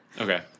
Okay